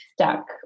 stuck